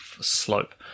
slope